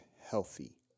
healthy